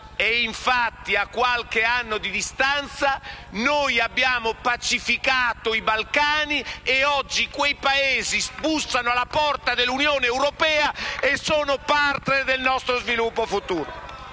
E infatti, a qualche anno di distanza, abbiamo pacificato i Balcani e oggi i Paesi che ne fanno parte bussano alla porta dell'Unione europea e sono parte del nostro sviluppo futuro.